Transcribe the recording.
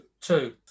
Two